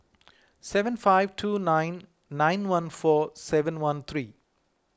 seven five two nine nine one four seven one three